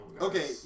Okay